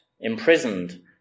imprisoned